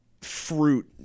fruit